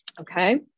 okay